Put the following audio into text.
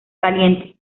caliente